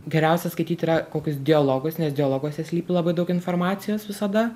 geriausia skaityt yra kokius dialogus nes dialoguose slypi labai daug informacijos visada